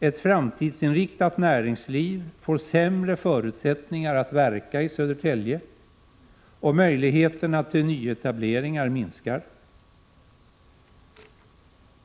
Ett framtidsinriktat näringsliv får sämre förutsättningar att verka i Södertälje, och möjligheterna till nyetableringar minskar.